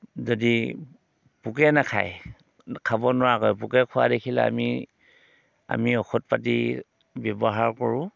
যদি পোকে নাখায় খাব নোৱাৰাকৈ পোকে খোৱা দেখিলে আমি আমি ঔষধ পাতি ব্যৱহাৰ কৰোঁ